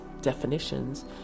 definitions